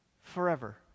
forever